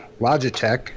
Logitech